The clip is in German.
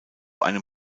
einem